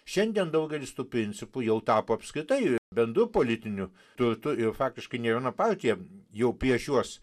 šiandien daugelis tų principų jau tapo apskritai bendru politiniu turtu ir faktiškai nė viena partija jau prieš juos